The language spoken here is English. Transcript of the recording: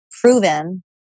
proven